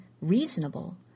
reasonable